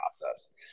process